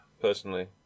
personally